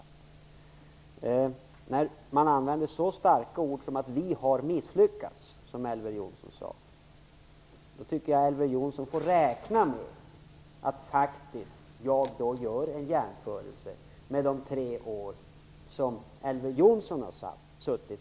När man använder så starka ord som att vi har misslyckats, som Elver Jonsson sade, tycker jag att Elver Jonsson får räkna med att jag gör en jämförelse med de tre år som Elver Jonsson suttit vid makten.